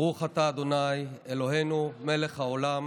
ברוך אתה ה' אלוהינו מלך העולם